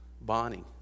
Bonnie